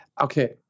Okay